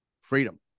freedom